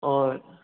ꯍꯣꯏ